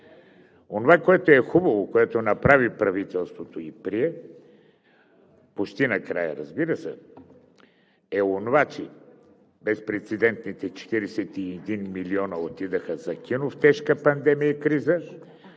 Онова, което е хубаво, което направи правителството и прие почти накрая, разбира се, е, че безпрецедентните 41 милиона отидоха за кино в тежка пандемия и криза.